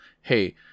hey